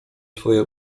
swoje